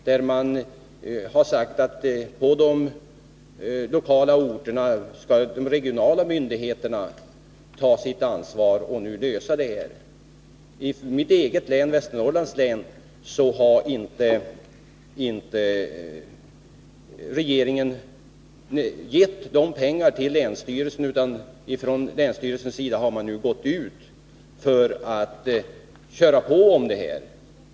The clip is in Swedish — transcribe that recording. Där har man sagt att på de lokala orterna skall de regionala myndigheterna ta sitt ansvar och lösa de här problemen. I mitt eget län — Västernorrlands län — har inte regeringen gett de erforderliga pengarna till länsstyrelsen, utan länsstyrelsen har nu måst köra på om dem.